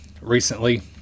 recently